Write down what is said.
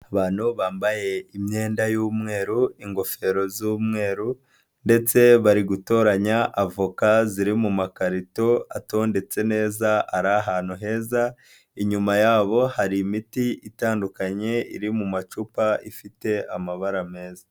Abantu bambaye imyenda y'umweru, ingofero z'umweru ndetse bari gutoranya avoka ziri mu makarito, atondetse neza, ari ahantu heza, inyuma yabo hari imiti itandukanye, iri mu macupa, ifite amabara meza.